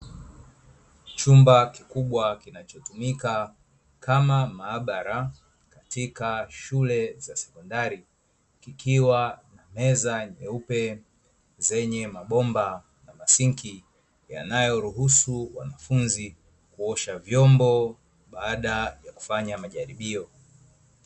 Chumba kikubwa kinachotumika kama maabara katika shule za sekondari, kikiwa na meza nyeupe zenye mabomba na masinki yanayoruhusu wanafunzi kuosha vyombo baada ya kufanya majaribio.